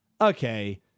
okay